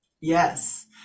yes